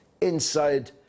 inside